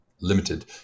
limited